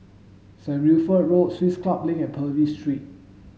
Saint Wilfred Road Swiss Club Link and Purvis Street